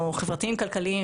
או חברתיים-כלכליים,